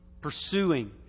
pursuing